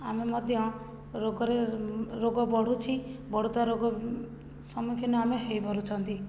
ଆମେ ମଧ୍ୟ ରୋଗରେ ରୋଗ ବଢ଼ୁଛି ବଢ଼ୁଥିବା ରୋଗ ସମ୍ମୁଖୀନ ଆମେ ହେଇପାରୁଛନ୍ତି